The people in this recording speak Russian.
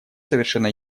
совершенно